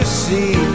see